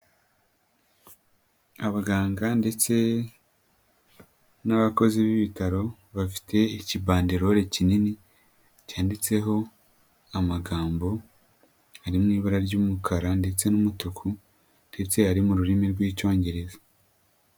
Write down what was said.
Abaganga ndetse n'abakozi b'ibitaro bafite ikibandelore kinini, cyanditseho amagambo ari mu ibara ry'umukara ndetse n'umutuku, ndetse ari mu rurimi rw'Icyongereza.